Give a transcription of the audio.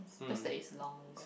just that it's long